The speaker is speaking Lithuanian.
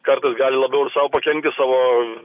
kartais gali labiau ir sau pakenkti savo